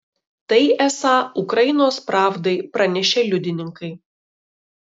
tai esą ukrainos pravdai pranešė liudininkai